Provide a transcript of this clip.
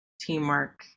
teamwork